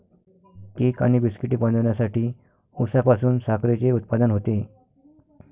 cake आणि बिस्किटे बनवण्यासाठी उसापासून साखरेचे उत्पादन होते